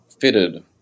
fitted